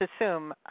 assume